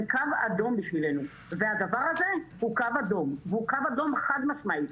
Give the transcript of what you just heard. קו אדום עבורנו והדבר הזה הוא קו אדום והוא קו אדום חד משמעית.